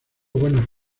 buenas